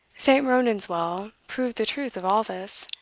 st. ronan's well proved the truth of all this.